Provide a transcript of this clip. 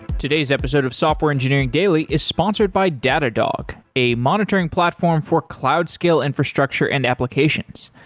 today's episode of software engineering daily is sponsored by datadog, a monitoring platform for cloud scale infrastructure and applications.